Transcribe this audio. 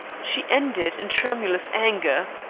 she ended in tremulous anger.